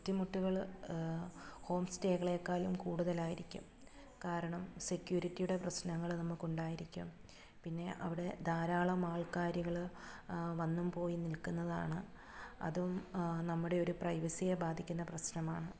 ബുദ്ധിമുട്ടുകൾ ഹോം സ്റ്റേകളേക്കാലും കൂടുതലായിരിക്കും കാരണം സെക്യൂരിറ്റിയുടെ പ്രശ്നങ്ങൾ നമുക്കുണ്ടായിരിക്കും പിന്നെ അവിടെ ധാരാളം ആൾക്കാരുകൾ വന്നും പോയും നിൽക്കുന്നതാണ് അതും നമ്മുടെ ഒരു പ്രൈവസിയെ ബാധിക്കുന്ന പ്രശ്നമാണ്